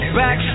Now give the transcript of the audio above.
back